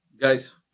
Guys